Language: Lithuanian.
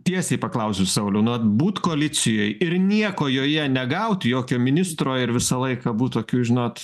tiesiai paklausiu sauliau nad būt koalicijoj ir nieko joje negauti jokio ministro ir visą laiką būt tokiu žinot